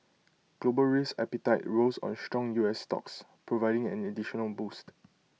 global risk appetite rose on strong U S stocks providing an additional boost